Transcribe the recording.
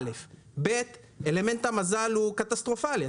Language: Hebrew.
דבר שני, אלמנט המזל הוא קטסטרופלי.